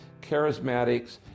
Charismatics